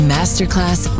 Masterclass